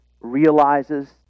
realizes